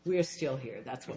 we're still here that's what